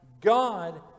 God